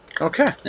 Okay